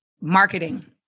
marketing